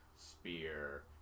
spear